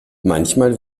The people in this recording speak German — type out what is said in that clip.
manchmal